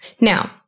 Now